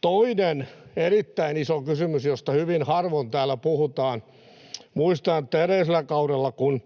Toinen, erittäin iso kysymys, josta hyvin harvoin täällä puhutaan: Muistan, että edellisellä kaudella, kun